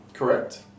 Correct